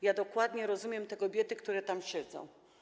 Ja dokładnie rozumiem te kobiety, które tam siedzą.